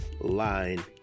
line